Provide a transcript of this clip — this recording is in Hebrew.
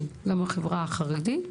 כן, גם בחברה החרדית,